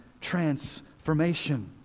transformation